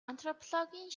антропологийн